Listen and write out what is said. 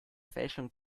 fälschung